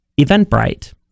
Eventbrite